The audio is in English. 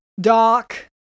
doc